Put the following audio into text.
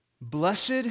Blessed